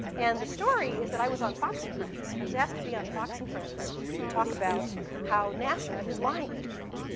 and the story is that i was on fox and friends. i was asked to be on fox and friends to talk about how nasa is lying to people.